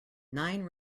nine